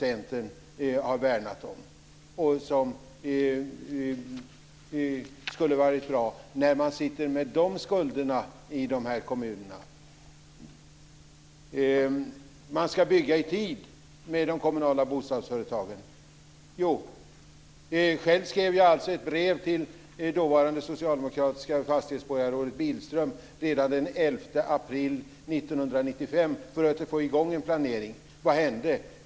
Centern har värnat om, och som skulle vara bra, att man sitter med de skulderna i de här kommunerna. De kommunala bostadsföretagen ska bygga i tid. Själv skrev jag ett brev till det dåvarande socialdemokratiska fastighetsborgarrådet Billström redan den 1 april 1995 för att få i gång en planering. Vad hände?